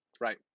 right